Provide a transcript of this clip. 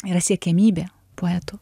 yra siekiamybė poetų